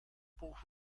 buch